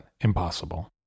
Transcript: impossible